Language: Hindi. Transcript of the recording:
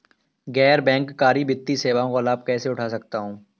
गैर बैंककारी वित्तीय सेवाओं का लाभ कैसे उठा सकता हूँ?